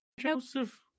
Joseph